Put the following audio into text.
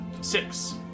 six